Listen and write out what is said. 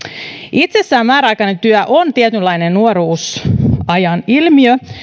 itsessään määräaikainen työ on tietynlainen nuoruusajan ilmiö